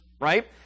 Right